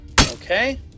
Okay